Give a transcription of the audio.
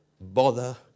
bother